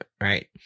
Right